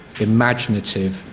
imaginative